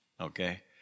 okay